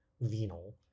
venal